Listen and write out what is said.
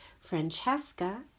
francesca